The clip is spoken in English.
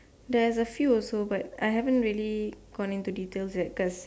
there's a few also but I haven't really gone into details yet cause